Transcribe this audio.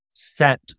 set